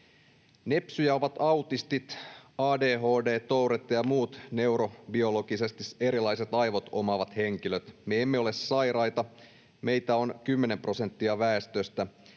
”Nepsyjä ovat autistit, ADHD-, Tourette- ja muut neurobiologisesti erilaiset aivot omaavat henkilöt. Me emme ole sairaita. Meitä on kymmenen prosenttia väestöstä.